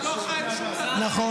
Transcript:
אתה לא אחראי על שום --- נכון.